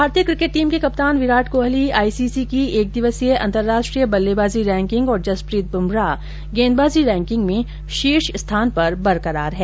भारतीय cricket team के कप्तान Virat Kohli I C C की एकदिवसीय अंतरराष्ट्रीय बल्लेबाजी रैंकिंग और जसप्रीत बुमराह गेंदबाजी रैंकिंग में शीर्ष स्थान पर बरकरार हैं